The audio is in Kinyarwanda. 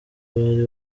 bari